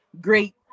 great